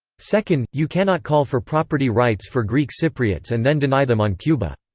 second, you cannot call for property rights for greek cypriots and then deny them on cuba.